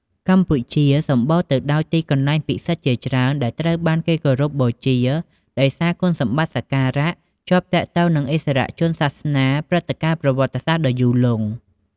កម្ពុជាសម្បូរទៅដោយទីកន្លែងពិសិដ្ឋជាច្រើន ដែលត្រូវបានគេគោរពបូជាដោយសារគុណសម្បត្តិសក្ការៈ ជាប់ទាក់ទងនឹងឥស្សរជនសាសនា ព្រឹត្តិការណ៍ប្រវត្តិសាស្ត្រ ដ៏យូរលង់។